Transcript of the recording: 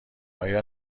آیا